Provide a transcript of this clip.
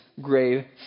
grave